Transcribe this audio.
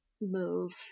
move